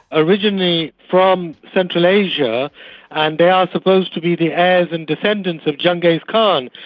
originally from central asia and they are supposed to be the heirs and descendants of genghis khan,